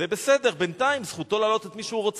זה בסדר, בינתיים זכותו להעלות את מי שהוא רוצה.